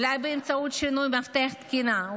אולי באמצעות שינוי מפתח תקינה,